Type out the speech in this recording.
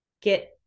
get